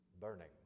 burning